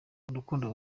urukundo